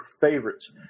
favorites